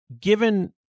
given